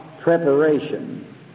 preparation